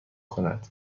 کند